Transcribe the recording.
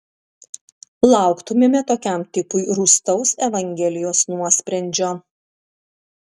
lauktumėme tokiam tipui rūstaus evangelijos nuosprendžio